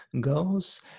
goes